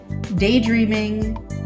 Daydreaming